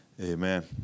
Amen